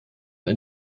ein